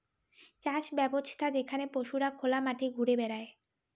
চাষ ব্যবছ্থা যেখানে পশুরা খোলা মাঠে ঘুরে বেড়ায়